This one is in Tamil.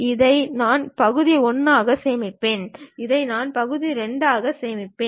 இதை நான் பகுதி 1 ஆக சேமிப்பேன் இதை நான் பகுதி 2 ஆக சேமிப்பேன்